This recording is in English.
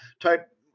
type